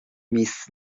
miejsc